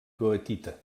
goethita